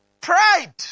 Pride